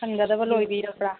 ꯍꯪꯒꯗꯕ ꯂꯣꯏꯕꯤꯔꯕ꯭ꯔꯥ